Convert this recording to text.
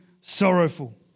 sorrowful